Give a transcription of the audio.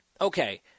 Okay